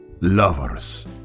lovers